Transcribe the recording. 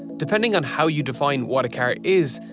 depending on how you define what a car is,